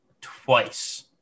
twice